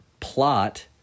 Plot